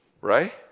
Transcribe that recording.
right